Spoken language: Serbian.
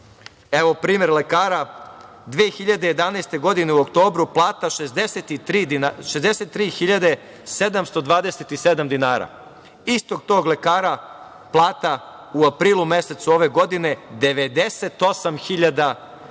evo primer, 2011. godine u oktobru plata 63.727 dinara, istog tog lekara plata u aprilu mesecu ove godine 98.734 dinara.